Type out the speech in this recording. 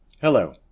Hello